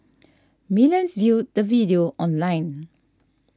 millions viewed the video online